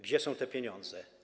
Gdzie są te pieniądze?